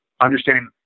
understanding